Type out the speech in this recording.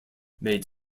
made